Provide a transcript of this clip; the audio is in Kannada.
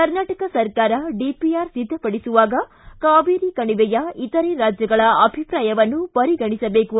ಕರ್ನಾಟಕ ಸರ್ಕಾರ ಡಿಪಿಆರ್ ಸಿದ್ದಪಡಿಸುವಾಗ ಕಾವೇರಿ ಕಣಿವೆಯ ಇತರೆ ರಾಜ್ಯಗಳ ಅಭಿಪ್ರಾಯವನ್ನೂ ಪರಿಗಣಿಸಬೇಕು